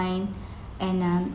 ne~ and uh